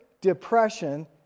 Depression